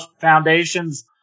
foundations